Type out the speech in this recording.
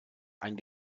ein